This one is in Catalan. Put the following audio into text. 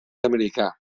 americà